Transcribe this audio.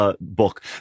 book